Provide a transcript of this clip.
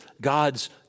God's